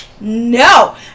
no